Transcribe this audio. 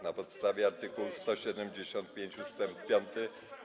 Na podstawie art. 175 ust. 5.